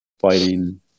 fighting